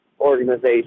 organization